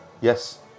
Yes